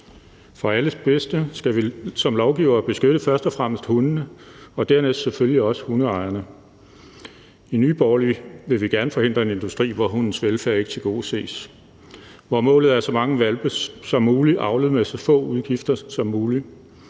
For alles bedste skal vi som lovgivere beskytte først og fremmest hundene og dernæst selvfølgelig også hundeejerne. I Nye Borgerlige vil vi gerne forhindre en industri, hvor hundens velfærd ikke tilgodeses, hvor målet er så mange hvalpe som muligt avlet med så få udgifter som muligt,